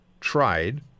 tried